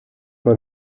man